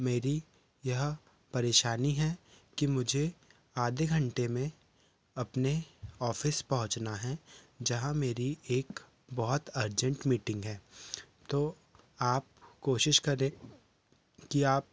मेरी यह परेशानी है कि मुझे आधे घंटे में अपने ऑफिस पहुँचना है जहाँ मेरी एक बहुत अर्जेंट मीटिंग है तो आप कोशिश करें कि आप